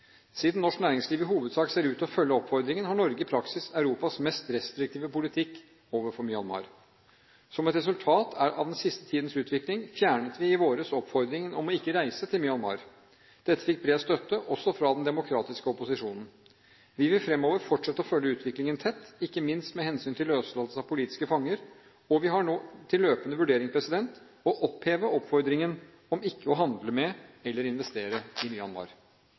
Siden norsk næringsliv i hovedsak ser ut til å følge oppfordringen, har Norge i praksis Europas mest restriktive politikk overfor Myanmar. Som et resultat av den siste tidens utvikling fjernet vi i våres oppfordringen om ikke å reise til Myanmar. Dette fikk bred støtte, også fra den demokratiske opposisjonen. Vi vil fremover fortsette å følge utviklingen tett, ikke minst med hensyn til løslatelse av politiske fanger, og vi har nå til løpende vurdering å oppheve oppfordringen om ikke å handle med eller investere i Myanmar.